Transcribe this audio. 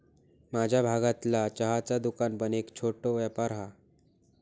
माझ्या भागतला चहाचा दुकान पण एक छोटो व्यापार हा